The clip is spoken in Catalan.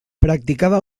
practicava